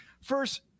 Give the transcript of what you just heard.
first